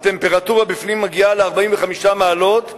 הטמפרטורה בפנים מגיעה ל-45 מעלות,